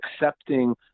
accepting